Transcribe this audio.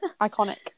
Iconic